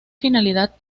finalidad